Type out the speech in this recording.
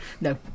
No